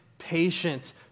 patience